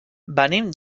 venim